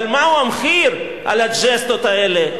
אבל מהו המחיר על הג'סטות האלה?